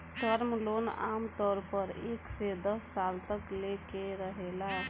term loan आमतौर पर एक से दस साल तक लेके रहेला